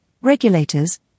regulators